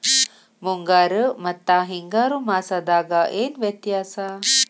ಮುಂಗಾರು ಮತ್ತ ಹಿಂಗಾರು ಮಾಸದಾಗ ಏನ್ ವ್ಯತ್ಯಾಸ?